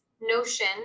notion